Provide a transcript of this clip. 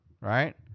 right